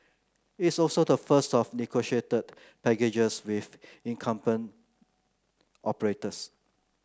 it's also the first of negotiated packages with incumbent operators